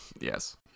Yes